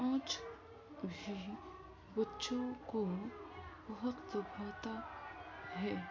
آج بھی بچوں کو بہت بھاتا ہے